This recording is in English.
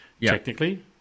technically